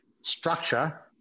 structure